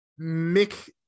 Mick